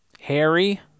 harry